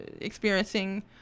experiencing